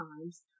times